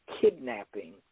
kidnapping